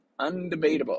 undebatable